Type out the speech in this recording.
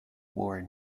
wore